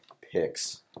picks